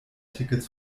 tickets